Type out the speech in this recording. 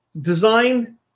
design